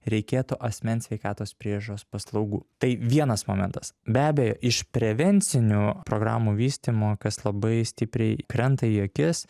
reikėtų asmens sveikatos priežiūros paslaugų tai vienas momentas be abejo iš prevencinių programų vystymo kas labai stipriai krenta į akis